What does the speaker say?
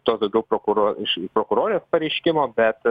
tos daugiau prokuro iš prokurorės pareiškimo bet